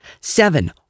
Seven